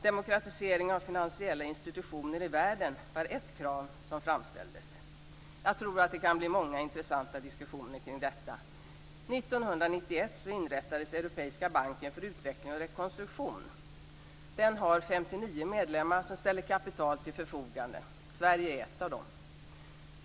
Demokratisering av finansiella institutioner i världen var ett krav som framställdes. Jag tror att det kan bli många intressanta diskussioner kring detta. År 1991 inrättades Europeiska banken för utveckling och rekonstruktion. Den har 59 medlemmar som ställer kapital till förfogande. Sverige är en av dem.